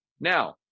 Now